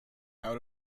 out